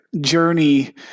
journey